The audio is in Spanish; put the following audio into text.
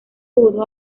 pudo